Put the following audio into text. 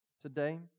Today